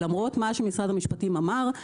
למרות מה שמשרד המשפטים אמר,